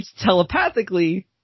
telepathically